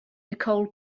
nicole